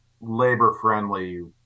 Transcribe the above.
labor-friendly